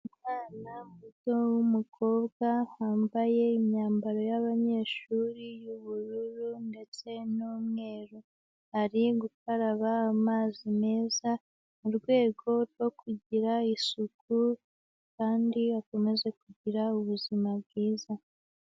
Umwana muto w'umukobwa wambaye imyambaro y'abanyeshuri y'ubururu ndetse n'umweru, ari gukaraba amazi meza mu rwego rwo kugira isuku kandi akomeze kugira ubuzima bwiza.